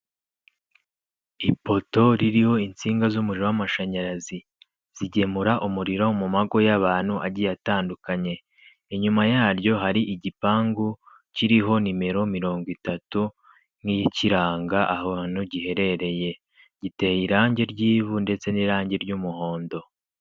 Ipoto ririho insinga z'umuriro w'amashanyarazi zigemura umuriro mu mago y'abantu agiye atandukanye, inyuma yaryo hari igipangu kiriho nimero mirongo itatu, niyo ikiranga ahantu giherereye; giteye irangi ry'ivu ndetse n'irangi ry'umuhondo.